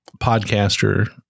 podcaster